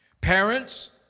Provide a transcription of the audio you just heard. Parents